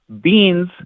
Beans